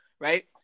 right